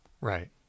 Right